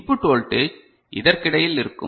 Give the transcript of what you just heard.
input voltage இதற்கிடையில் இருக்கும்